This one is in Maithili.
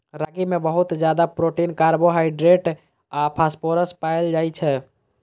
रागी मे बहुत ज्यादा प्रोटीन, कार्बोहाइड्रेट आ फास्फोरस पाएल जाइ छै